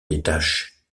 détachent